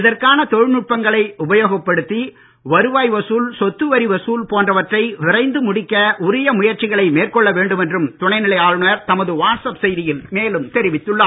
இதற்கான தொழில்நுட்பங்களை உபயோகப்படுத்தி வருவாய் வசூல் சொத்து வரி வசூல் போன்றவற்றை விரைந்து முடிக்க உரிய முயற்சிகளை மேற்கொள்ள வேண்டும் என்றும் துணைநிலை ஆளுநர் தமது வாட்ஸ் அப் செய்தியில் மேலும் தெரிவித்துள்ளார்